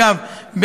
אגב,